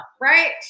Right